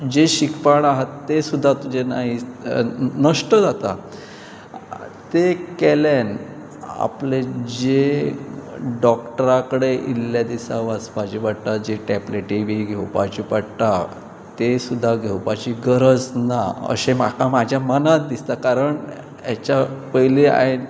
जें शिकपण आसात तें सुद्दां तुजें नाही नश्ट जाता तें केल्यान आपले जे डॉक्टरा कडेन इल्ल्या दिसा वचपाचें पडटा जे टॅबलेटी बी घेवपाचें पडटा तें सुद्दां घेवपाची गरज ना अशें म्हाका म्हज्या मनांत दिसता कारण हाच्या पयलीं हांवें